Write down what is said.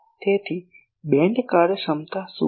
તેથી બીમ કાર્યક્ષમતા શું છે